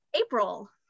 April